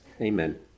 Amen